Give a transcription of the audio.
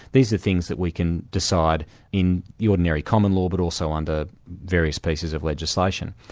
these are things that we can decide in the ordinary common law but also under various pieces of legislation.